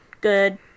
good